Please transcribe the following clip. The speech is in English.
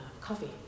coffee